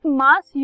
mass